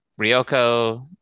Ryoko